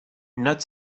not